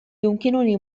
يمكنني